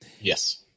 Yes